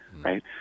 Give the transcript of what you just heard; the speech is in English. Right